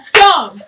dumb